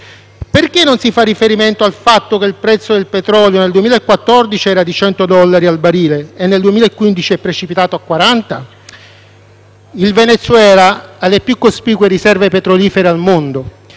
Perché non si fa riferimento al fatto che il prezzo del petrolio nel 2014 era di 100 dollari al barile e nel 2015 è precipitato a 40? Il Venezuela ha le più cospicue riserve petrolifere al mondo.